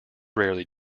rarely